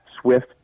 swift